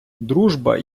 дружба